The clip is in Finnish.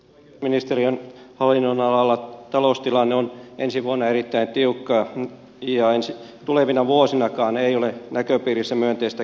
oikeusministeriön hallinnonalalla taloustilanne on ensi vuonna erittäin tiukka ja tulevina vuosinakaan ei ole näköpiirissä myönteistä kehitystä